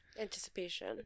Anticipation